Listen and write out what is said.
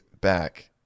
back